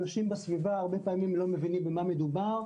אנשים בסביבה הרבה פעמים לא מבינים במה מדובר,